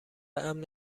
امن